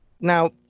Now